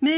i